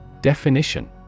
Definition